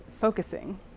focusing